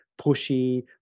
pushy